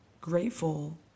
grateful